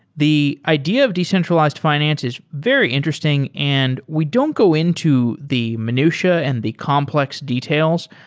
the idea of decentralized finance is very interesting and we don't go into the minutia and the complex details.